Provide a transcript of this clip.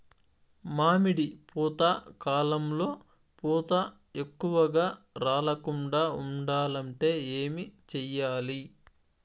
మామిడి పూత కాలంలో పూత ఎక్కువగా రాలకుండా ఉండాలంటే ఏమి చెయ్యాలి?